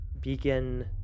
begin